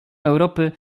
europy